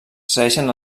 segueixen